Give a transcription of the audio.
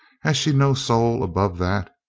has she no soul above that?